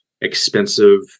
expensive